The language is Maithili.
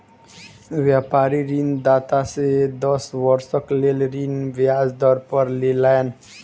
व्यापारी ऋणदाता से दस वर्षक लेल ऋण ब्याज पर लेलैन